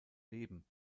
leben